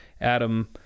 Adam